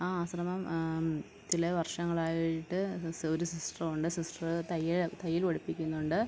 ആ ആശ്രമം ചില വർഷങ്ങളായിട്ട് സ് ഒരു സിസ്റ്റർ ഉണ്ട് സിസ്റ്റർ തയ്യൽ തയ്യൽ പഠിപ്പിക്കുന്നുണ്ട്